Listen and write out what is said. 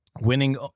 Winning